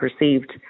received